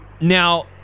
Now